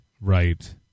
right